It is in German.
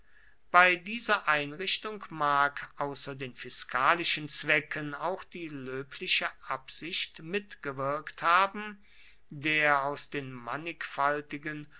bei dieser einrichtung mag außer den fiskalischen zwecken auch die löbliche absicht mitgewirkt haben der aus den mannigfaltigen